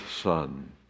son